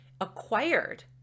acquired